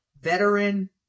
veteran